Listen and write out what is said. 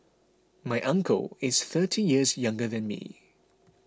my uncle is thirty years younger than me